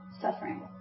suffering